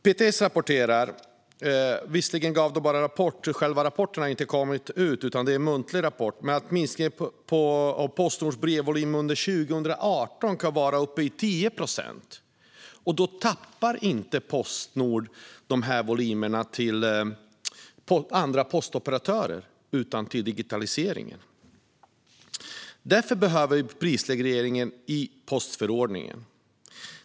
PTS rapporterar - själva rapporten har visserligen inte kommit, utan detta är en muntlig rapport - att minskningen av Postnords brevvolymer under 2018 kan vara upp till 10 procent, och då tappar inte Postnord dessa volymer till andra postoperatörer utan till digitaliseringen. Därför behöver vi prisregleringen i postförordningen.